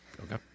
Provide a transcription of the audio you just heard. Okay